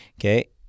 Okay